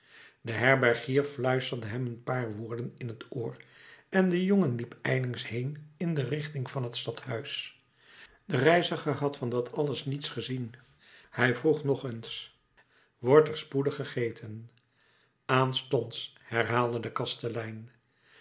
de herbergier fluisterde hem een paar woorden in t oor en de jongen liep ijlings heen in de richting van t stadhuis de reiziger had van dat alles niets gezien hij vroeg nog eens wordt er spoedig gegeten aanstonds herhaalde de kastelein